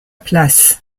place